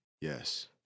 yes